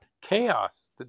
chaos